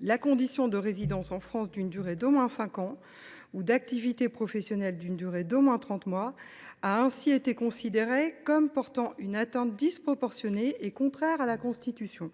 La condition de résidence en France d’une durée d’au moins cinq ans ou d’activité professionnelle d’une durée d’au moins trente mois a ainsi été considérée comme portant une atteinte disproportionnée à ces exigences, donc